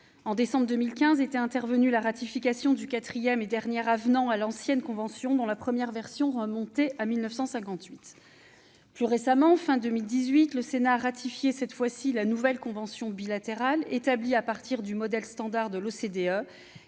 En décembre 2015 a été ratifié le quatrième et dernier avenant à l'ancienne convention, dont la première version remontait à 1958. Plus récemment, fin 2018, le Sénat ratifiait cette fois-ci la nouvelle convention bilatérale, établie à partir du modèle standard de l'OCDE,